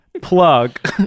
Plug